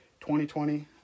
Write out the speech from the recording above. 2020